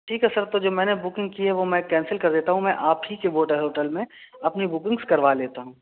ٹھیک ہے سر تو جو میں نے بکنگ کی ہے وہ میں کینسل کر دیتا ہوں میں آپ ہی کے ہوٹل میں اپنی بکنگس کروا لیتا ہوں